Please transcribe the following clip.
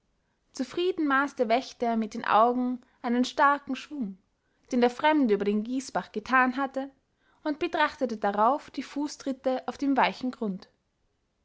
zufrieden maß der wächter mit den augen einen starken schwung den der fremde über den gießbach getan hatte und betrachtete darauf die fußtritte auf dem weichen grund